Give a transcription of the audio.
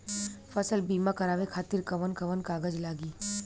फसल बीमा करावे खातिर कवन कवन कागज लगी?